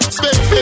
spend